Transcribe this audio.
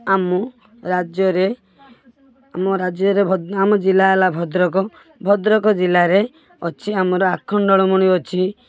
ଆମ ରାଜ୍ୟରେ ଆମ ରାଜ୍ୟରେ ଭ ଆମ ଜିଲ୍ଲା ହେଲା ଭଦ୍ରକ ଭଦ୍ରକ ଜିଲ୍ଲାରେ ଅଛି ଆମର ଆଖଣ୍ଡଳମଣି ଅଛି